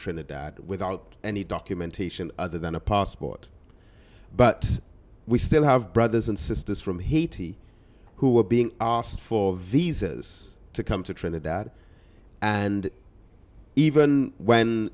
trinidad without any documentation other than a passport but we still have brothers and sisters from haiti who are being asked for visas to come to trinidad and even when